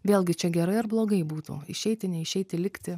vėlgi čia gerai ar blogai būtų išeiti neišeiti likti